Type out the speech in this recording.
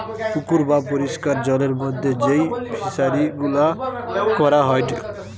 পুকুর বা পরিষ্কার জলের মধ্যে যেই ফিশারি গুলা করা হয়টে